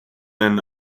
and